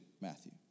Matthew